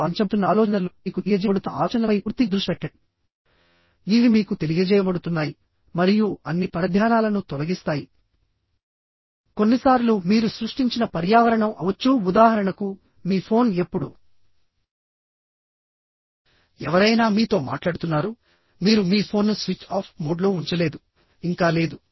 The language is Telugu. మీకు అందించబడుతున్న ఆలోచనలు మీకు తెలియజేయబడుతున్న ఆలోచనలపై పూర్తిగా దృష్టి పెట్టండి ఇవి మీకు తెలియజేయబడుతున్నాయి మరియు అన్ని పరధ్యానాలను తొలగిస్తాయి కొన్నిసార్లు మీరు సృష్టించిన పర్యావరణం అవొచ్చు ఉదాహరణకు మీ ఫోన్ ఎప్పుడు ఎవరైనా మీతో మాట్లాడుతున్నారు మీరు మీ ఫోన్ను స్విచ్ ఆఫ్ మోడ్లో ఉంచలేదు ఇంకా లేదు